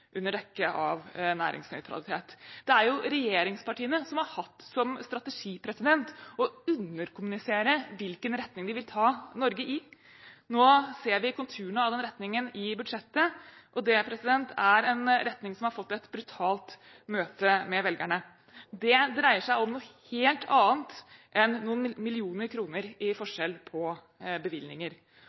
under dekke av næringsnøytralitet. Det er regjeringspartiene som har hatt som strategi å underkommunisere hvilken retning de vil ta Norge i. Nå ser vi konturene av den retningen i budsjettet. Det er en retning som har fått et brutalt møte med velgerne. Det dreier seg om noe helt annet enn noen millioner kroner i forskjell når det gjelder bevilgninger.